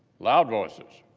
loud voices.